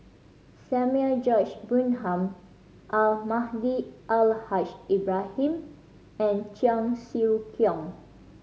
Samuel George Bonham Almahdi Al Haj Ibrahim and Cheong Siew Keong